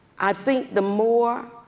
i think the more,